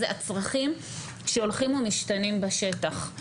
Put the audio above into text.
אלו הצרכים שהולכים ומשתנים בשטח.